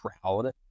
proud